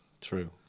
True